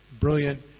brilliant